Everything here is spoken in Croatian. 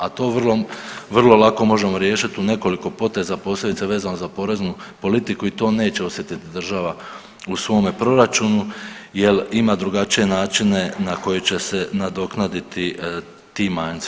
A to vrlo, vrlo lako možemo riješiti u nekoliko poteza posljedice vezano za poreznu politiku i to neće osjetiti država u svome proračunu jel ima drugačije načine na koji će se nadoknaditi ti manjci.